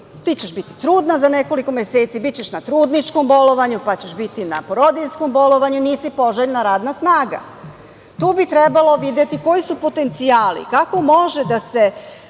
ti ćeš biti trudna za nekoliko meseci, bićeš na trudničkom bolovanju, pa ćeš biti na porodiljskom bolovanju, nisi poželjna radna snaga. Tu bi trebalo videti koji su potencijali, kako može da se